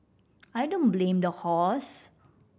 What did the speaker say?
I don't blame the horse